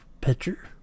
picture